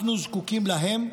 אנחנו זקוקים להם,